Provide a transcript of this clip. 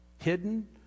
Hidden